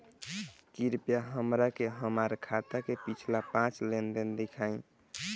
कृपया हमरा के हमार खाता के पिछला पांच लेनदेन देखाईं